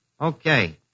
Okay